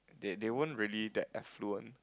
they they weren't really that affluent